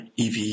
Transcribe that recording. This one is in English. EV